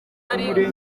hari